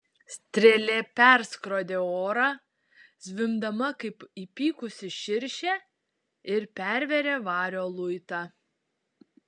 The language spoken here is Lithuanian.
strėlė perskrodė orą zvimbdama kaip įpykusi širšė ir pervėrė vario luitą